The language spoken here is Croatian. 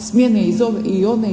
smjene iz ove i one